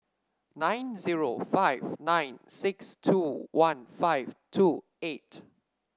nine zero five nine six two one five two eight